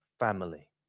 Family